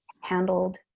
handled